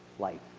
life?